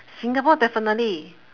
singapore definitely